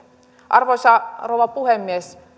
arvoisa rouva puhemies